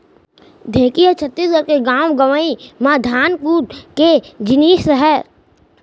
ढेंकी ह छत्तीसगढ़ के गॉंव गँवई म धान कूट के जिनिस रहय